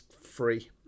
free